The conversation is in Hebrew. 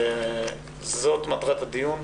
זאת מטרת הדיון,